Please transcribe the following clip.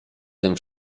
tym